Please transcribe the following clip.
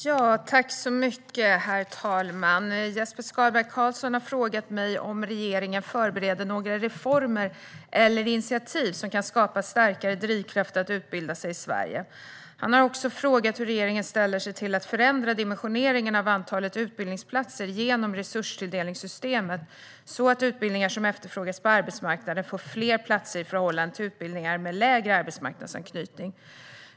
Svar på interpellationer Herr talman! Jesper Skalberg Karlsson har frågat mig om regeringen förbereder några reformer eller initiativ som kan skapa starkare drivkrafter att utbilda sig i Sverige. Han har också frågat hur regeringen ställer sig till att förändra dimensioneringen av antalet utbildningsplatser genom resurstilldelningssystemet, så att utbildningar som efterfrågas på arbetsmarknaden får fler platser i förhållande till utbildningar med mindre arbetsmarknadsanknytning.